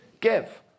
give